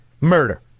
Murder